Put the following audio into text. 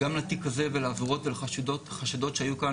גם לתיק הזה ולעבירות החשדות שהיו כאן,